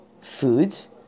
foods